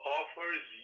offers